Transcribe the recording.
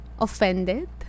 offended